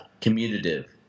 commutative